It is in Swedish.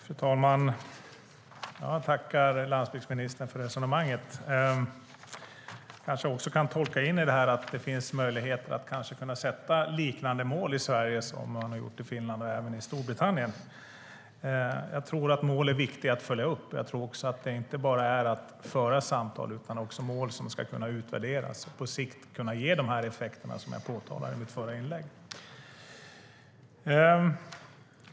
Fru talman! Jag tackar landsbygdsministern för resonemanget. Jag kanske kan tolka det som att det finns möjligheter att sätta upp liknande mål i Sverige som man har gjort i Finland och även i Storbritannien. Jag tror att mål är viktiga att följa upp. Det är inte bara att föra samtal, utan man ska också utvärdera mål och på sikt kunna få de effekter som jag nämnde i mitt förra inlägg.